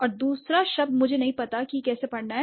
और दूसरा शब्द मुझे नहीं पता कि यह कैसे पढ़ना है